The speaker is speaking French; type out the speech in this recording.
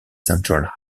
central